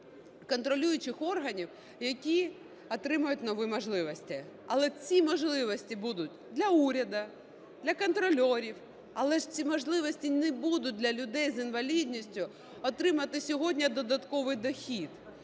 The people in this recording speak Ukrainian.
контролюючих органів, які отримають нові можливості. Але ці можливості будуть для уряду, для контролерів, але ж ці можливості не будуть для людей з інвалідністю отримати сьогодні додатковий дохід.